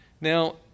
Now